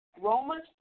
Romans